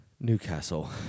Newcastle